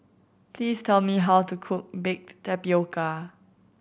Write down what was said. please tell me how to cook baked tapioca